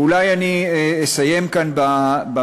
ואולי אני אסיים כאן במשפט